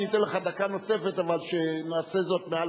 אני מזמין את חבר הכנסת נחמן שי, הנמקה מהמקום.